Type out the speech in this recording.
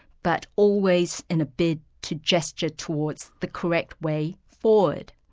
but always in a bid to gesture towards the correct way forward.